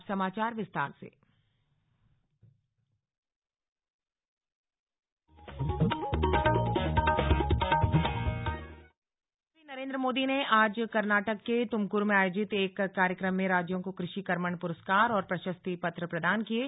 अब समाचार विस्तार से कृषि कर्मण पुरस्कार प्रधानमंत्री नरेन्द्र मोदी ने आज कर्नाटक के तुमक्र में आयोजित एक कार्यक्रम में राज्यों को कृषि कर्मण पुरस्कार और प्रशस्ति पत्र प्रदान किये